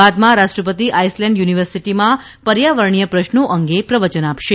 બાદમાં રાષ્ટ્રપતિ આઇસલેન્ડ યુનિવર્સિટીમાં પર્યાવરણીય પ્રશ્નો અંગે પ્રવચન આપશે